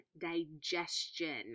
digestion